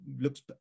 looks